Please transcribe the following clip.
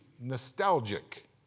nostalgic